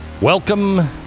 Welcome